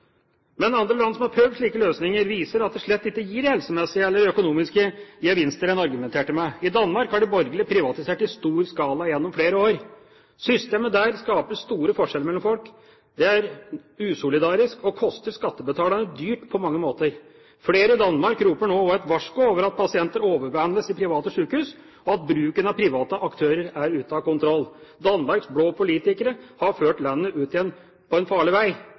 Men andre land som har prøvd slike løsninger, viser at det slett ikke gir de helsemessige eller økonomiske gevinstene en argumenterte med. I Danmark har de borgerlige privatisert i stor skala gjennom flere år. Systemet der skaper store forskjeller mellom folk. Det er usolidarisk og koster skattebetalerne dyrt på mange måter. Flere i Danmark roper nå et varsku om at pasienter overbehandles i private sykehus, og at bruken av private aktører er ute av kontroll. Danmarks blå politikere har ført landet ut på en farlig vei,